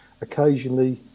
occasionally